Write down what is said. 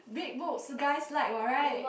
big boobs guys like what right